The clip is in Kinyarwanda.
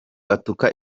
atuka